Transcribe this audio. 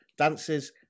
Dances